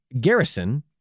Garrison